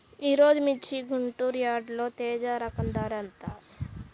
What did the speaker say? ఈరోజు మిర్చి గుంటూరు యార్డులో తేజ రకం ధర ఎంత?